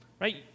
right